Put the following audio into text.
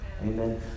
Amen